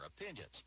opinions